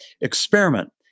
experiment